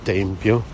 Tempio